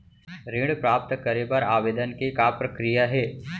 ऋण प्राप्त करे बर आवेदन के का प्रक्रिया हे?